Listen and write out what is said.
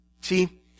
See